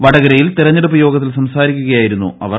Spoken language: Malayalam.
വടകരയിൽ തെരഞ്ഞെടുപ്പ് യോഗത്തിൽ സംസാരിക്കുകയായിരുന്നു അവർ